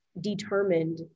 determined